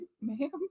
ma'am